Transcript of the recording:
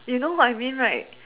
you know what I mean right